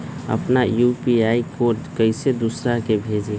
अपना यू.पी.आई के कोड कईसे दूसरा के भेजी?